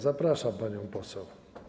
Zapraszam panią poseł.